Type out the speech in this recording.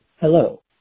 Hello